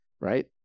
right